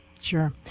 sure